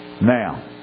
Now